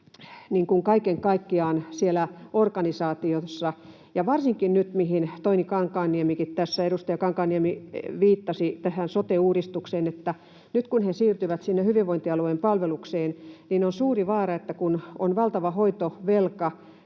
kaiken kaikkiaan siellä organisaatiossa: edustaja Toimi Kankaanniemikin tässä viittasi tähän sote-uudistukseen, että nyt kun he siirtyvät sinne hyvinvointialueen palvelukseen, niin on suuri vaara, että kun on valtava hoitovelka